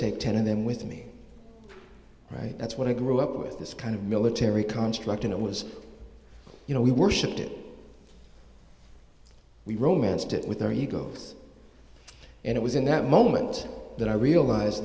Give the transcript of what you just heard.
take ten of them with me right that's what i grew up with this kind of military contract and it was you know we worshiped it we romanced it with our egos and it was in that moment that i realize